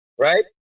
right